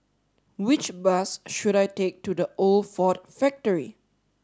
which bus should I take to The Old Ford Factory